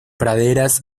praderas